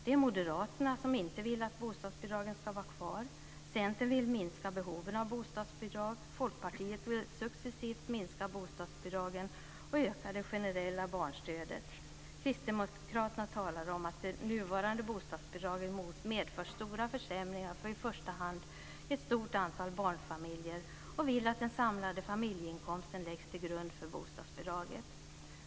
Det är Moderaterna som inte vill att bostadsbidragen ska vara kvar. Centern vill minska behoven av bostadsbidrag. Folkpartiet vill successivt minska bostadsbidragen och öka det generella barnstödet. Kristdemokraterna talar om att det nuvarande bostadsbidraget medför stora försämringar för i första hand ett stort antal barnfamiljer och vill att den samlade familjeinkomsten läggs till grund för bostadsbidraget.